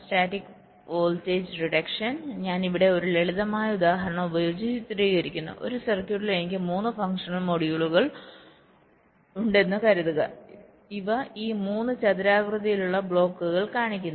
static voltage reduction ഞാൻ ഇവിടെ ഒരു ലളിതമായ ഉദാഹരണം ഉപയോഗിച്ച് ചിത്രീകരിക്കുന്നു ഒരു സർക്യൂട്ടിൽ എനിക്ക് 3 ഫംഗ്ഷണൽ മൊഡ്യൂളുകൾ ഉണ്ടെന്ന് കരുതുക ഇവ ഈ 3 ചതുരാകൃതിയിലുള്ള ബ്ലോക്കുകൾ കാണിക്കുന്നു